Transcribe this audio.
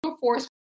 force